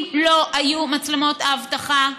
אם לא היו מצלמות האבטחה,